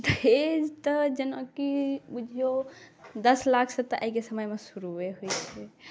दहेज तऽ जेनाकि बुझियौ दस लाखसँ तऽ आइके समयमे शुरुए होइत छै